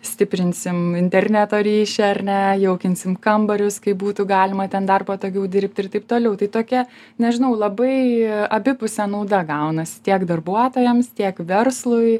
stiprinsim interneto ryšį ar ne jaukinsim kambarius kaip būtų galima ten dar patogiau dirbti ir taip toliau tai tokia nežinau labai abipusė nauda gaunasi tiek darbuotojams tiek verslui